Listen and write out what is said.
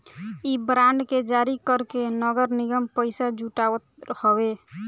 इ बांड के जारी करके नगर निगम पईसा जुटावत हवे